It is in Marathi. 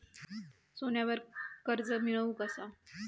सोन्यावर कर्ज मिळवू कसा?